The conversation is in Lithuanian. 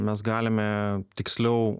mes galime tiksliau